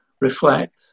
reflect